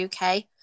UK